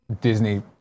Disney